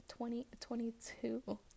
2022